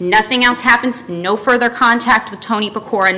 nothing else happens no further contact with tony